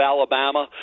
Alabama